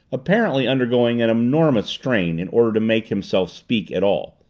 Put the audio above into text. apparently undergoing an enormous strain in order to make himself speak at all.